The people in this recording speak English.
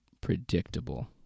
predictable